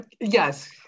Yes